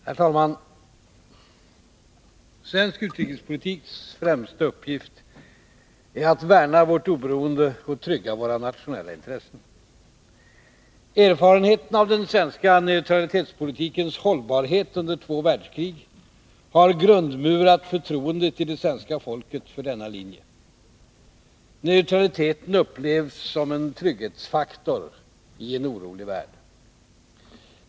Herr talman! Svensk utrikespolitiks främsta uppgift är att värna vårt oberoende och trygga våra nationella intressen. Erfarenheten av den svenska neutralitetspolitikens hållbarhet under två världskrig har grundmurat förtroendet i det svenska folket för denna linje. Neutraliteten upplevs som en trygghetsfaktor i en orolig värld.